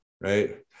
right